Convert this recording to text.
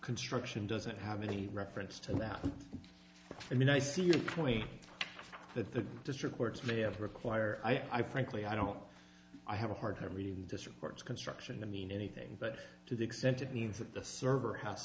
construction doesn't have any reference to that i mean i see your point that the district courts may have require i frankly i don't know i have a hard time reading this reports construction to mean anything but to the extent it means that the server has